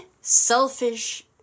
selfish